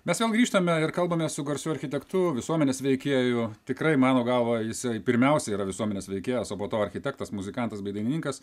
mes vėl grįžtame ir kalbame su garsiu architektu visuomenės veikėju tikrai mano galva jisai pirmiausia yra visuomenės veikėjas o po to architektas muzikantas bei dainininkas